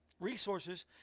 resources